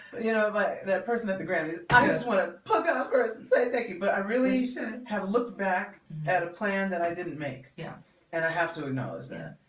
you know like that person at the grammy's i just want to hook up first and say thank you but i really shouldn't have looked back at a plan that i didn't make yeah and i have to acknowledge that.